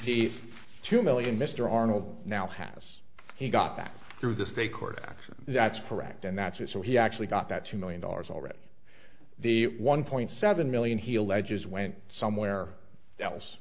the two million mr arnold now has he got that through the state court action that's correct and that's it so he actually got that two million dollars already the one point seven million he alleges went somewhere